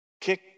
Kick